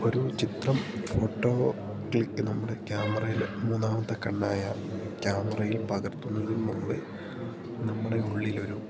ഒരു ചിത്രം photo click നമ്മുടെ ക്യാമറയില് മൂന്നാമത്തെ കണ്ണായ ക്യാമറയിൽ പകർത്തുന്നതിനുമുൻപ് നമ്മുടെ ഉള്ളിലൊരു